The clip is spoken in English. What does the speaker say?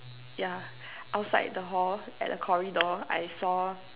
yeah outside the hall at a corridor I saw